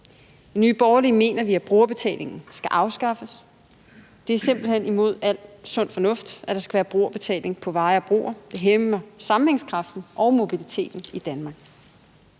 I Nye Borgerlige mener vi, at brugerbetalingen skal afskaffes. Det er simpelt hen imod al sund fornuft, at der skal være brugerbetaling på veje og broer. Det hæmmer sammenhængskraften og mobiliteten i Danmark.